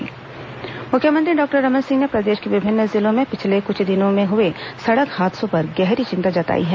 मुख्यमंत्री अपील मुख्यमंत्री डॉक्टर रमन सिंह ने प्रदेश के विभिन्न जिलों में पिछले कुछ दिनों में हए सड़क हादसों पर गहरी चिंता जताई है